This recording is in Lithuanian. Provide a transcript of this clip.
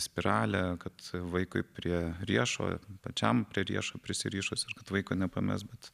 spiralė kad vaikui prie riešo pačiam prie riešo prisirišus ir kad vaiko nepamest bet